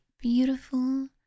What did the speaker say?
beautiful